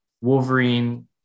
Wolverine